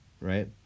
right